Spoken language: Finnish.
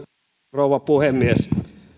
rouva puhemies